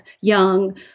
young